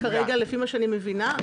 כרגע לפי מה שאני מבינה,